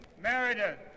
Meredith